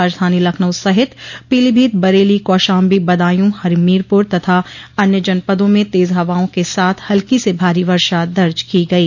राजधानी लखनऊ सहित पीलीभीत बरेली कौशाम्बी बदायूॅ हमीरपुर तथा अन्य जनपदों में तेज हवाओं के साथ हल्की से भारी वर्षा दर्ज की गयी